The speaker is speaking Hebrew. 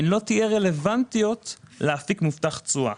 לא יהיו רלוונטיות לאפיק מובטח תשואה.